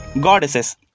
goddesses